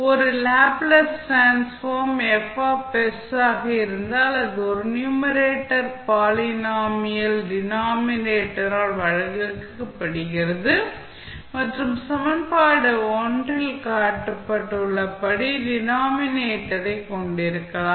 ஒரு Laplace transform F இருந்தால் இது ஒரு நியூமரேட்டர் பாலினாமியல் டினாமினேட்டர் ஆல் வகுக்கப்படுகிறது மற்றும் சமன்பாடு இல் காட்டப்பட்டுள்ளபடி டினாமினேட்டர் ஐ கொண்டிருக்கலாம்